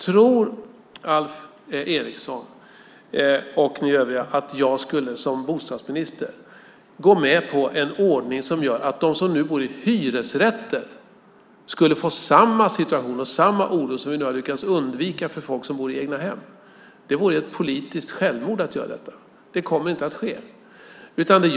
Tror Alf Eriksson och ni övriga att jag som bostadsminister skulle gå med på en ordning som gör att de som nu bor i hyresrätter skulle hamna i samma situation och känna samma oro som vi nu har lyckats undvika för folk som bor i egna hem? Det vore ett politiskt självmord att göra detta. Det kommer inte att ske. Fru talman!